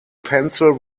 pencil